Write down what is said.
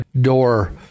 door